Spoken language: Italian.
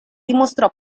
dimostrò